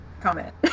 comment